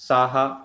Saha